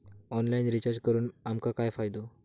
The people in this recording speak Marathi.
ऑनलाइन रिचार्ज करून आमका काय फायदो?